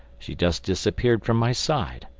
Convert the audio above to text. she just disappeared from my side.